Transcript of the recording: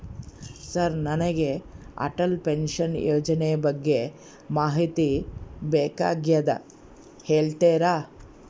Sir ನನಗೆ Atal pension ಯೋಜನೆ ಬಗ್ಗೆ ಮಾಹಿತಿ ಬೇಕಾಗ್ಯದ ಹೇಳ್ತೇರಾ?